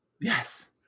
Yes